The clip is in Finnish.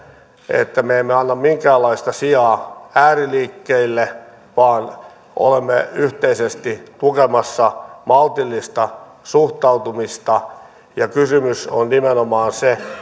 että me emme anna minkäänlaista sijaa ääriliikkeille vaan olemme yhteisesti tukemassa maltillista suhtautumista kysymys on nimenomaan se